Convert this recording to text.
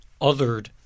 othered